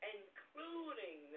including